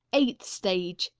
eighth stage.